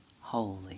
holy